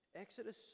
Exodus